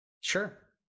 Sure